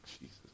Jesus